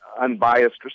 unbiased